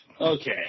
Okay